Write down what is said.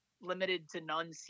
limited-to-none